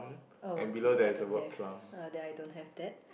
oh okay I don't have uh that I don't have that